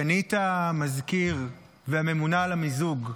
סגנית המזכיר והממונה על המיזוג,